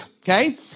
okay